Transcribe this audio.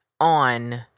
on